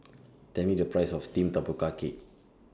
Tell Me The Price of Steamed Tapioca Cake